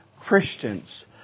Christians